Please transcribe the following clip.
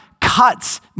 cuts